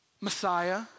Messiah